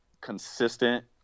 consistent